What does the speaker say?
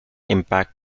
impact